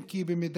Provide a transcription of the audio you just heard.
אם כי במידה